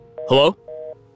Hello